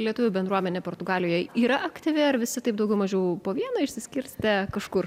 lietuvių bendruomenė portugalijoje yra aktyvi ar visi taip daugiau mažiau po vieną išsiskirstę kažkur